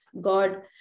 God